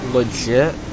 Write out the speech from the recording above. Legit